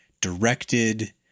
directed